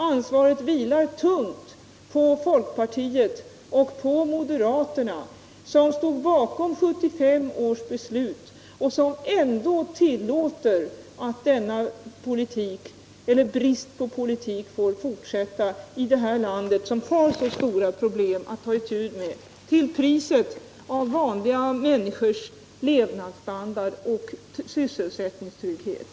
Ansvaret vilar tungt också på folkpartiet och moderaterna, som stod bakom 1975 års beslut men som ändå tillåter att denna politik — eller brist på politik —- får fortsätta i det här landet, som redan har stora problem att ta itu med, till priset av vanliga människors levnadsstandard och sysselsättningstrygghet!